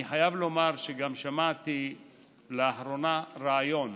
אני חייב לומר שגם שמעתי לאחרונה רעיון: